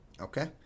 okay